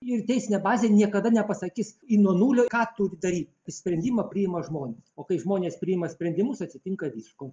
ir teisinė bazė niekada nepasakys į nuo nulio ką turi daryt sprendimą priima žmonės o kai žmonės priima sprendimus atsitinka visko